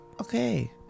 okay